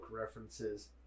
references